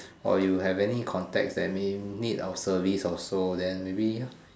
or you have any contacts that may need our service or so then maybe